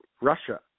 Russia